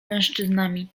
mężczyznami